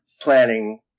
planning